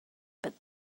but